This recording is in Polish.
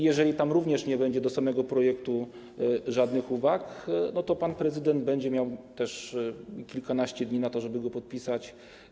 Jeżeli tam również nie będzie do samego projektu żadnych uwag, to pan prezydent będzie miał kilkanaście dni na to, żeby go podpisać.